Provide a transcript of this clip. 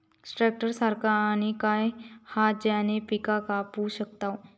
Tractor सारखा आणि काय हा ज्याने पीका कापू शकताव?